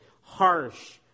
harsh